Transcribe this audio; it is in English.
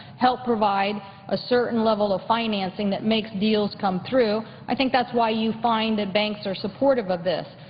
help provide a certain level of financing that makes deals come through, i think that's why you find that banks are supportive of this.